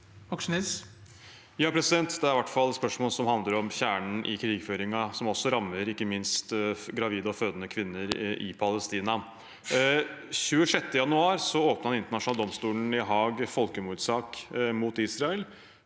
(R) Det er i hvert fall et spørsmål som handler om kjernen i krigføringen, som også rammer ikke minst gravide og fødende kvinner i Palestina. Den 26. januar åpnet Den internasjonale domstolen i Haag folkemordsak mot Israel.